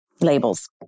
labels